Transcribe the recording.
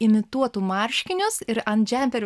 imituotų marškinius ir ant džemperių